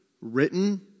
written